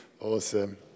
Awesome